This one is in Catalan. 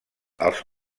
als